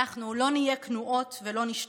אנחנו לא נהיה כנועות ולא נשתוק,